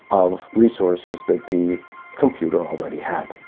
of resources that the computer already had.